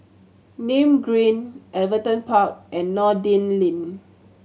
Nim Green Everton Park and Noordin Lane